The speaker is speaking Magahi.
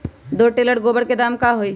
दो टेलर गोबर के दाम का होई?